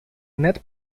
net